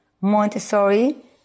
Montessori